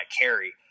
carry